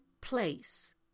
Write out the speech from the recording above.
place